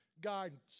guidance